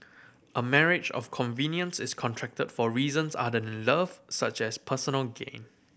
a marriage of convenience is contracted for reasons other than love such as personal gain